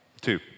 Two